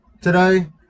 today